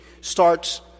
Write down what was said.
starts